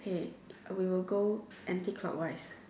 okay we will go anti clockwise